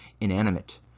inanimate